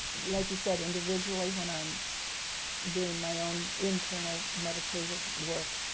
like you said, individually, when i'm doing my own internal meditative work,